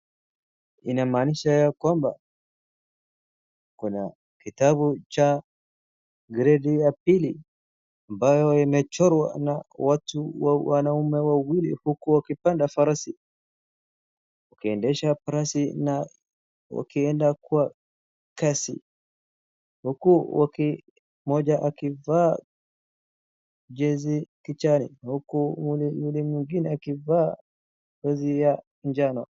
Inamaanisha ya kwamba, kuna kitabu ch gredi ya pili ambayo imechorwa na watu, wanaume wawili huku wakipanda farasi. Wakiendesha farasi na wakienda kwa kasi huku mmoja akivaa jezi kijani na huku yule mwingine akivaa jezi ya njano.